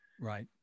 Right